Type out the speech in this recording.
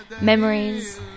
memories